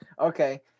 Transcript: Okay